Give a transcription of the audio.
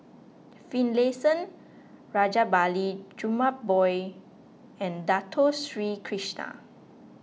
Finlayson Rajabali Jumabhoy and Dato Sri Krishna